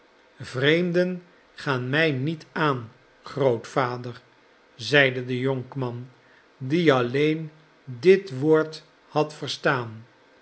vreemden gaan mij niet aan grootvader zeide de jonkman die alleen dit woord had verstaan